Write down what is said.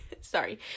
sorry